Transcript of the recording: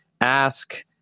ask